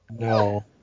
No